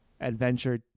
adventure